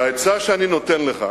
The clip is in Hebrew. העצה שאני נותן לך